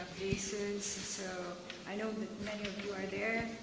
spaces. so i know that many of you are there.